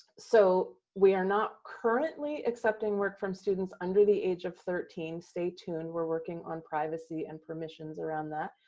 so we are not currently accepting work from students under the age of thirteen. stay tuned, we're working on privacy and permissions around that.